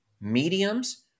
Mediums